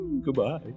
Goodbye